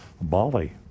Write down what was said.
Bali